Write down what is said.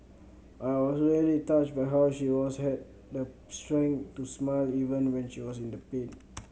I was really touched by how she always had the strength to smile even when she was in the pain